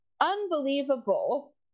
Unbelievable